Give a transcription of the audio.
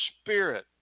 Spirit